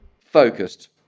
focused